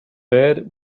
bed